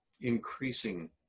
increasing